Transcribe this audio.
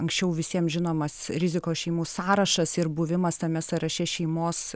anksčiau visiem žinomas rizikos šeimų sąrašas ir buvimas tame sąraše šeimos